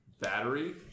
battery